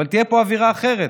אבל תהיה פה אווירה אחרת.